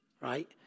right